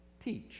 teach